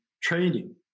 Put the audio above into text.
training